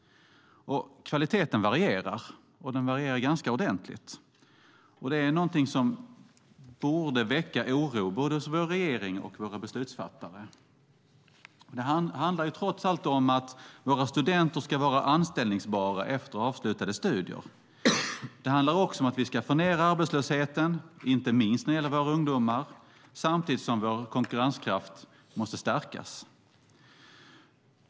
Kvaliteten varierar och den varierar ganska ordentligt. Det är någonting som borde väcka oro både hos vår regering och hos våra beslutsfattare. Det handlar trots allt om att våra studenter ska vara anställbara efter avslutade studier. Det handlar också om att vi ska få ned arbetslösheten, inte minst när det gäller våra ungdomar, samtidigt som vår konkurrenskraft måste stärkas.